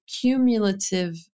cumulative